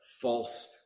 false